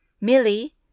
Millie